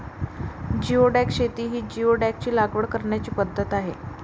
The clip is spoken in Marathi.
जिओडॅक शेती ही जिओडॅकची लागवड करण्याची पद्धत आहे